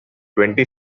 twenty